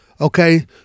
Okay